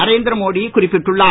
நரேந்திர மோடி குறிப்பிட்டுள்ளார்